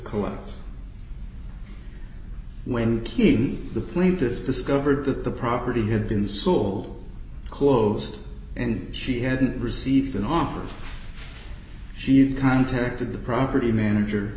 because when king the plaintiff discovered that the property had been sold closed and she hadn't received an offer she contacted the property manager